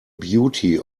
beauty